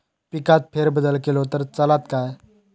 पिकात फेरबदल केलो तर चालत काय?